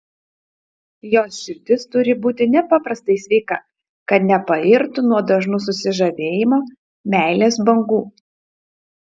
jos širdis turi būti nepaprastai sveika kad nepairtų nuo dažnų susižavėjimo meilės bangų